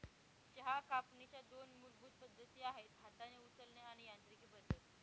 चहा कापणीच्या दोन मूलभूत पद्धती आहेत हाताने उचलणे आणि यांत्रिकी पद्धत